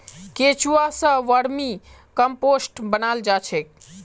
केंचुआ स vermicompost बनाल जा छेक